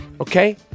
Okay